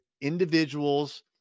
individuals